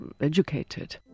educated